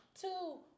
two